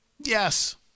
yes